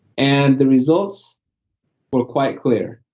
and the results were quite clear.